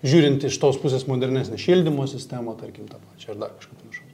žiūrint iš tos pusės modernesnę šildymo sistemą tarkim tą pačią ar dar kažką panašau